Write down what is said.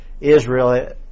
Israel